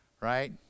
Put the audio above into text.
Right